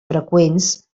freqüents